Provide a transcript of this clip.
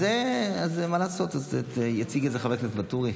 אז מה לעשות, אז יציג את זה חבר הכנסת ואטורי.